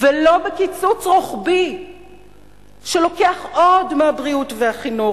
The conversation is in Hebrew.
ולא בקיצוץ רוחבי שלוקח עוד מהבריאות ומהחינוך